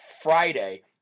Friday